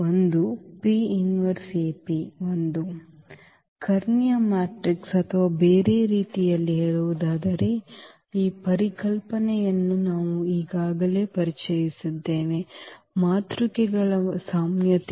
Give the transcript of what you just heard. ಒಂದು ಒಂದು ಕರ್ಣೀಯ ಮ್ಯಾಟ್ರಿಕ್ಸ್ ಅಥವಾ ಬೇರೆ ರೀತಿಯಲ್ಲಿ ಹೇಳುವುದಾದರೆ ಈ ಪರಿಕಲ್ಪನೆಯನ್ನು ನಾವು ಈಗಾಗಲೇ ಪರಿಚಯಿಸಿದ್ದೇವೆ ಮಾತೃಕೆಗಳ ಸಾಮ್ಯತೆ